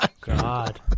God